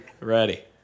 Ready